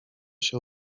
się